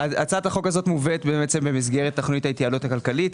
הצעת החוק הזו מובאת במסגרת תכנית ההתייעלות הכלכלית,